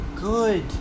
good